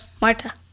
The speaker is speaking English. Marta